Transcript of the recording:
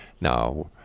Now